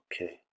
okay